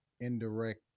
indirect